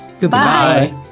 Goodbye